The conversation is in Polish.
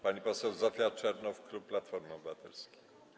Pani poseł Zofia Czernow, klub Platforma Obywatelska.